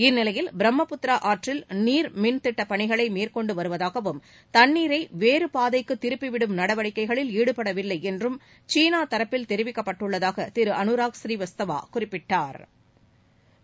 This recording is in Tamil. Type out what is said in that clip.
இந்நிலையில் பிரம்மபுத்திரா ஆற்றில் நீர் மின் திட்ட பணிகளை மேற்கொண்டு வருவதாகவும் தண்ணீரை வேறு பாதைக்கு திருப்பி விடும் நடவடிக்கைகளில் ஈடுபடவில்லை என்றும் சீனா தரப்பில் தெரிவிக்கப்பட்டுள்ளதாக திரு அனுராக் ஸ்ரீவத்சவா குறிப்பிட்டாா்